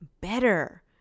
better